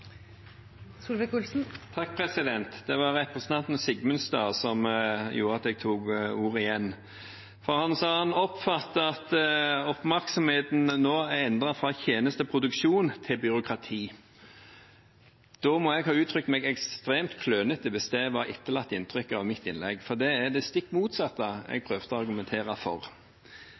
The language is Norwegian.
Det var representanten Sigmundstad som gjorde at jeg tok ordet igjen. Han sa han oppfattet at oppmerksomheten nå er endret fra tjenesteproduksjon til byråkrati. Da må jeg ha uttrykt meg ekstremt klønete, hvis det var det etterlatte inntrykket av mitt innlegg, for det er det stikk motsatte jeg prøvde å argumentere for.